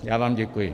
Já vám děkuji.